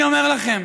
אני אומר לכם,